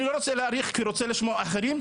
אני לא רוצה להאריך כי רוצה לשמוע אחרים,